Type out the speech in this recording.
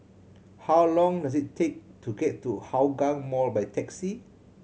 how long does it take to get to Hougang Mall by taxi